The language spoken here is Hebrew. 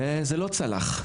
וזה לא צלח.